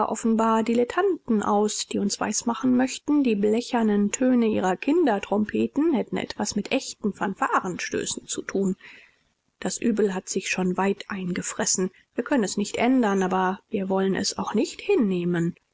dilettanten aus die uns weismachen möchten die blechernen töne ihrer kindertrompeten hätten etwas mit echten fanfarenstößen zu tun das übel hat sich schon weit eingefressen wir können es nicht ändern aber wir wollen es auch nicht hinnehmen